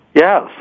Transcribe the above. Yes